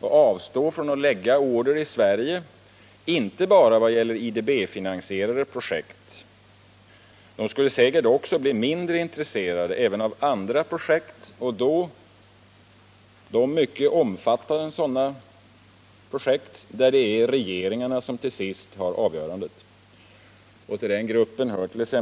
och avstå från att lägga order i Sverige — inte bara i vad gäller IDB-finansierade projekt. De skulle säkert bli mindre intresserade även av andra projekt — de mycket omfattande sådana projekt där det är regeringarna som till sist har avgörandet. Till den gruppen hört.ex.